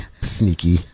Sneaky